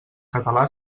català